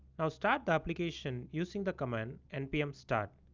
now start the application using the command npm start